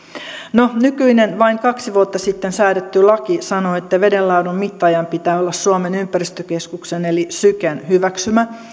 no nykyinen vain kaksi vuotta sitten säädetty laki sanoo että veden laadun mittaajan pitää olla suomen ympäristökeskuksen eli syken hyväksymä